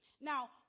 Now